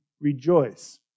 rejoice